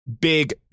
big